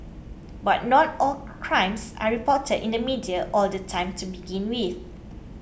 but not all crimes are reported in the media all the time to begin with